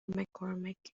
mccormick